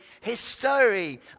history